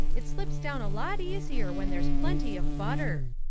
it slips down a lot easier when there's plenty of butter.